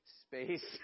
space